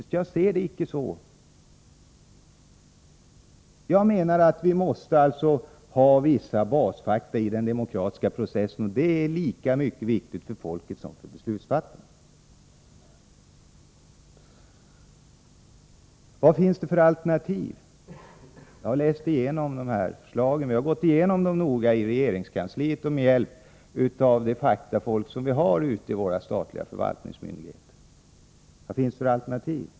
Jag ser det icke så. Vi måste ha vissa basfakta för den demokratiska processen. Detta är lika viktigt för svenska folket som för beslutsfattare. Vad finns det för alternativ? Jag har läst igenom förslagen, och vi har gått igenom dem noga i regeringskansliet med hjälp av de sakkunniga som vi har i våra statliga förvaltningsmyndigheter.